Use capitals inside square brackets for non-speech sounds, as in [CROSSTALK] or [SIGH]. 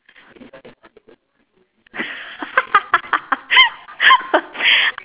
[LAUGHS]